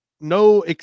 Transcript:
no